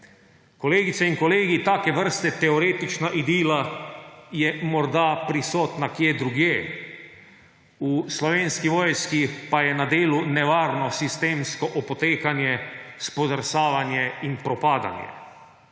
Kolegice in kolegi, take vrste teoretična idila je morda prisotna kje drugje. V Slovenski vojski pa je na delu nevarno sistemsko opotekanje, spodrsavanje in propadanje.